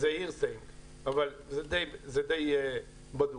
זה משמיעה אבל זה די בדוק.